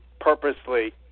purposely